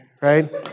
right